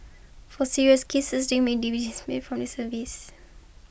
for serious cases they may dismissed from service